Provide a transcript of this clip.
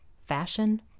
fashion